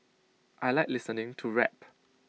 I Like listening to rap